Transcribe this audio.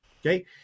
Okay